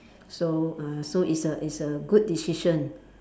so uh so it's a it's a good decision